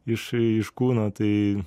iš iš kūno tai